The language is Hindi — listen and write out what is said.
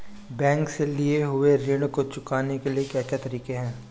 बैंक से लिए हुए ऋण को चुकाने के क्या क्या तरीके हैं?